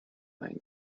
ein